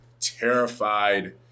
terrified